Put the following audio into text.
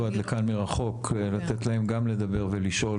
עד לכאן מרחוק ולתת להם גם לדבר ולשאול,